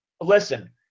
Listen